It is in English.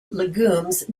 legumes